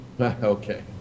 okay